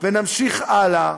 ונמשיך הלאה,